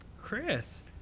Chris